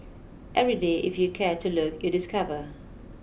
every day if you care to look you discover